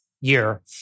year